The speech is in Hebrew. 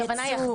ייצור,